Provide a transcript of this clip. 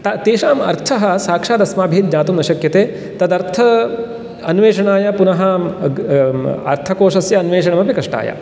तेषां अर्थः साक्षादस्माभिः ज्ञातुं न शक्यते तदर्थ अन्वेषणाय पुनः अर्थकोषस्य अन्वेषणमपि कष्टाय